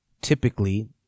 typically